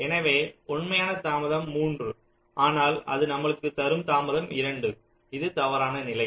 எனவே உண்மையான தாமதம் 3 ஆனால் அது நமக்குத் தரும் தாமதம் 2 இது தவறான நிலை